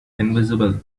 invisible